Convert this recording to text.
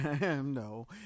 no